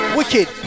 wicked